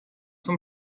vom